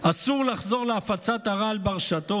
אסור לחזור להפצת הרעל ברשתות.